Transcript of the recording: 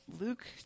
luke